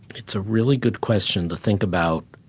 it's a really good question to think about.